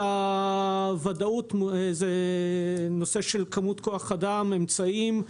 בנושא ודאות, זה נושא של כמות כוח אדם, אמצעים,